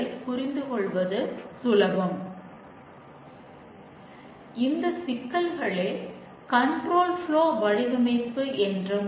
சில சரிபார்ப்பு நுட்பங்கள் என்ன